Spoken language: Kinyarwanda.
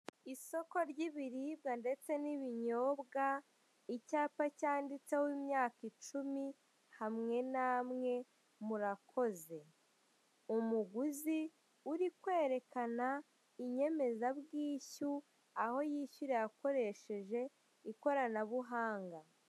Isoko ry'ibiribwa ndetse n'ibinyobwa, icyapa cyanditseho imyaka icumi hamwe namwe murakoze, umuguzi uri kwerekana inyemezabwishyu, aho yishyuriye akoresheje ikoranabuhanga.